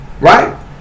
right